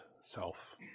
self